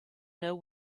know